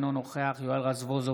אינו נוכח יואל רזבוזוב,